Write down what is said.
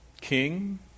king